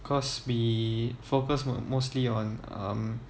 because we focus most mostly on um